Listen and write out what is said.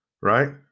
right